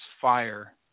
fire